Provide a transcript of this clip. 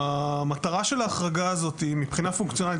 המטרה של ההחרגה הזאת מבחינה פונקציונלית,